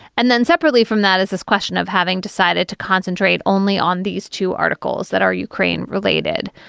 and then separately from that is this question of having decided to concentrate only on these two articles that are ukraine related.